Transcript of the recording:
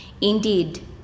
Indeed